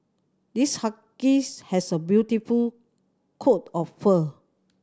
this husky has a beautiful coat of fur